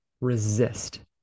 resist